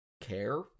care